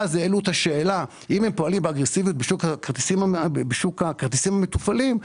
ואז העלו את השאלה שאם הם פועלים באגרסיביות בשוק הכרטיסים המתופעלים,